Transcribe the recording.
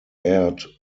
aired